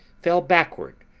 fell backward,